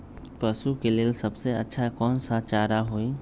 पशु के लेल सबसे अच्छा कौन सा चारा होई?